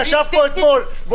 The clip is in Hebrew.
שישב פה אתמול,